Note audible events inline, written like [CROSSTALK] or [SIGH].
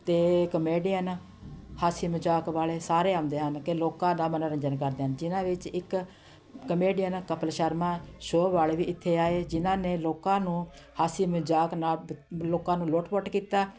ਅਤੇ ਕਮੇਡੀਅਨ ਹਾਸੀ ਮਜ਼ਾਕ ਵਾਲੇ ਸਾਰੇ ਆਉਂਦੇ ਹਨ ਕਿ ਲੋਕਾਂ ਦਾ ਮਨੋਰੰਜਨ ਕਰਦੇ ਹਨ ਜਿਨ੍ਹਾਂ ਵਿੱਚ ਇੱਕ ਕਮੇਡੀਅਨ ਕਪਿਲ ਸ਼ਰਮਾ ਸ਼ੋ ਵਾਲੇ ਵੀ ਇੱਥੇ ਆਏ ਜਿਨ੍ਹਾਂ ਨੇ ਲੋਕਾਂ ਨੂੰ ਹਾਸੀ ਮਜ਼ਾਕ ਨਾ [UNINTELLIGIBLE] ਲੋਕਾਂ ਨੂੰ ਲੁੱਟ ਵੁੱਟ ਕੀਤਾ